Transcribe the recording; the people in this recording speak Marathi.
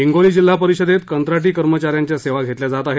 हिंगोली जिल्हा परिषदेत कंत्राटी कर्मचाऱ्यांच्या सेवा घेतल्या जात आहेत